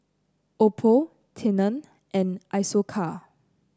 Oppo Tena and Isocal